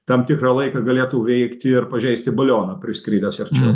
tam tikrą laiką galėtų veikt ir pažeisti balioną priskridęs arčiau